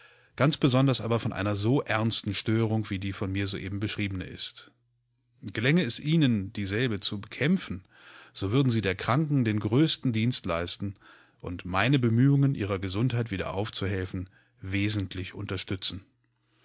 ganz besonders aber von einer so ernsten störung wie die von mir soeben beschriebeneist gelängeesihnen dieselbezubekämpfen sowürdensiederkranken den größten dienst leisten und meine bemühungen ihrer gesundheit wieder aufzuhelfen wesentlich unterstützen